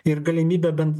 ir galimybę bent